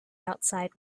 outside